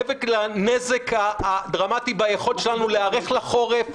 מעבר לנזק דרמטי ביכולת שלנו להיערך לחורף,